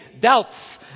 doubts